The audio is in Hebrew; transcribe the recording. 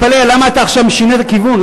אני מתפלא למה אתה עכשיו שינית כיוון.